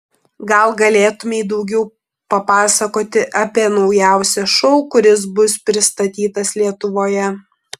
gal galėtumei daugiau papasakoti apie naujausią šou kuris bus pristatytas lietuvoje